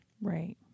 right